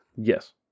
yes